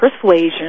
persuasion